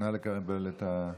נא לספור את הקולות.